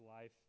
life